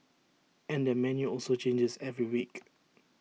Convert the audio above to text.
and their menu also changes every week